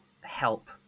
help